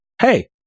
hey